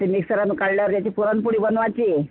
ते मिक्सरातून काढल्यावर त्याची पुरणपोळी बनवायची